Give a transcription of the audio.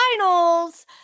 finals